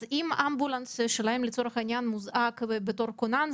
אז אם אמבולנס שלהם לצורך העניין מוזעק בתור כונן,